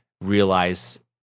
realize